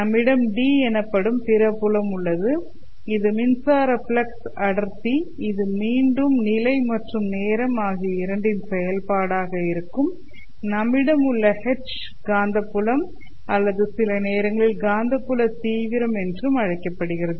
நம்மிடம் D' எனப்படும் பிற புலம் உள்ளது இது மின்சார பிளக்ஸ் அடர்த்தி இது மீண்டும் நிலை மற்றும் நேரம் ஆகிய இரண்டின் செயல்பாடாக இருக்கும் நம்மிடம் உள்ள H' காந்தப்புலம் அல்லது சில நேரங்களில் காந்தப்புல தீவிரம் என்றும் அழைக்கப்படுகிறது